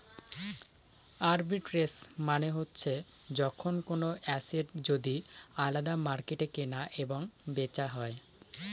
arbitrage মানে হচ্ছে যখন কোনো এসেট যদি আলাদা মার্কেটে কেনা এবং বেচা হয়